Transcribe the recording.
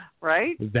right